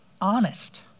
honest